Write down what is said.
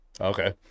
Okay